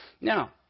Now